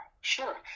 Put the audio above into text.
sure